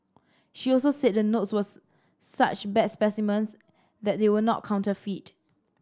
she also said the notes was such bad specimens that they were not counterfeit